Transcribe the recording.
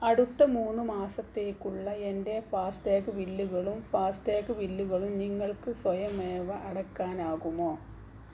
അടുത്ത മൂന്ന് മാസത്തേക്കുള്ള എൻ്റെ ഫാസ്ടാഗ് ബില്ലുകളും ഫാസ്ടാഗ് ബില്ലുകളും നിങ്ങൾക്ക് സ്വയമേവ അടയ്ക്കാനാകുമോ